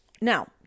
Now